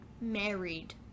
married